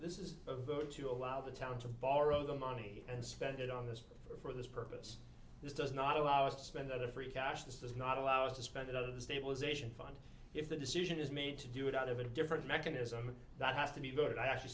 this is a vote to allow the town to borrow the money and spend it on this for this purpose this does not allow us to spend the free cash this does not allow us to spend it on the stabilization fund if the decision is made to do it out of a different mechanism that has to be voted i actually